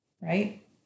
right